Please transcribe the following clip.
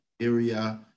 Area